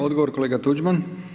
Odgovor kolega Tuđman.